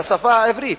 לשפה העברית.